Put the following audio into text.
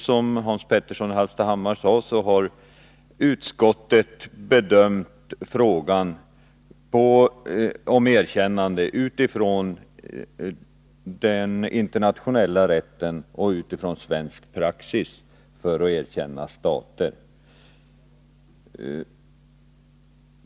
Som Hans Petersson i Hallstahammar fullt riktigt också sade, har utskottet bedömt frågan om erkännande utifrån den internationella rätten och utifrån svensk praxis för att erkänna stater.